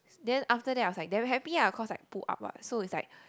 then after that I was like damn happy ah cause like pull up what so it's like